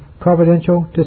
providential